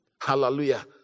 Hallelujah